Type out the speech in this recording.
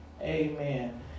Amen